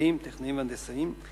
טכנאים והנדסאים,